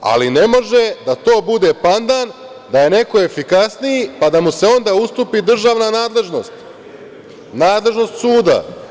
Ali, ne može da to bude pandan da je neko efikasniji, pa da mu se onda ustupi državna nadležnost, nadležnost suda.